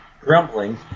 Grumbling